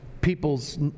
people's